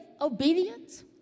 obedience